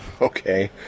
okay